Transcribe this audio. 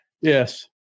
Yes